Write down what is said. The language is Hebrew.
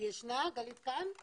חצי דקה על תוכנית חדשה.